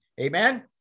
Amen